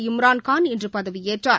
Imran Khan இன்றுபதவியேற்றார்